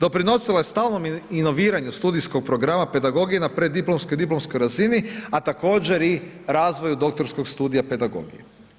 Doprinosila je stalnom inoviranju studijskog programa pedagogije na preddiplomskoj i diplomskoj razini, a također i razvoju doktorskog studija pedagogije.